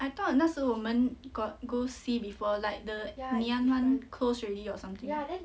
I thought 那时我们 got go see before like the ngee ann one close already or something